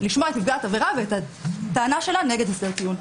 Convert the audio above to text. לשמוע את נפגעת העבירה ואת הטענה שלה נגד עסקת טיעון.